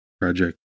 project